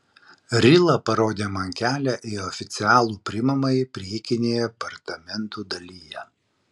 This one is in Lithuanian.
rila parodė man kelią į oficialų priimamąjį priekinėje apartamentų dalyje